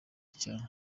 cya